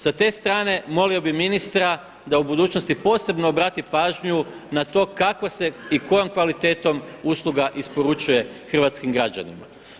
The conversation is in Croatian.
Sa te strane molio bih ministra da u budućnosti posebno obrati pažnju na to kako se i kojim kvalitetom usluga isporučuje hrvatskim građanima.